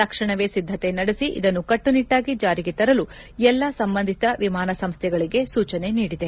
ತಕ್ಷಣವೇ ಸಿದ್ದತೆ ನಡೆಸಿ ಇದನ್ನು ಕಟ್ಟುನಿಟ್ಟಾಗಿ ಜಾರಿಗೆ ತರಲು ಎಲ್ಲಾ ಸಂಬಂಧಿತ ವಿಮಾನ ಸಂಸ್ವೆಗಳಿಗೆ ಸೂಚನೆ ನೀಡಿದೆ